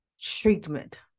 treatment